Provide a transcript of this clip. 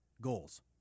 goals